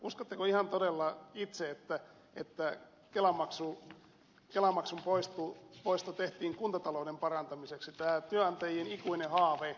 uskotteko ihan todella itse että kelamaksun poisto tehtiin kuntatalouden parantamiseksi tämä työantajien ikuinen haave